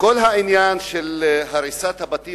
כל העניין של הריסת הבתים,